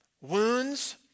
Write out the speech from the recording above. wounds